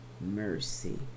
mercy